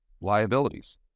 liabilities